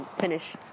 finish